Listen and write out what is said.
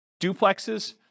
duplexes